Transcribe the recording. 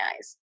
eyes